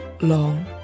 long